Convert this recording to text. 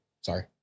Sorry